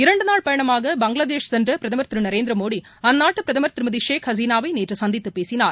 இரண்டுநாள் பயணமாக பங்களாதேஷ் சென்றபிரதமர் திருநரேந்திரமோடி அந்நாட்டுபிரதமர் திருமதிஷேக் ஹசீனாவைநேற்றுசந்தித்துப் பேசினார்